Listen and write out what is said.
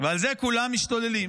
ועל זה כולם משתוללים.